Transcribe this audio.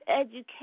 education